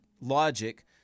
logic